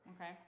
Okay